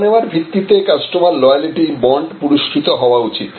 দেওয়া নেওয়ার ভিত্তিতে কাস্টমার লয়ালটি বন্ড পুরস্কৃত হওয়া উচিত